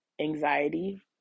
anxiety